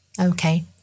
okay